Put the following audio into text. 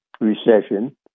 recession